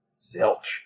Zilch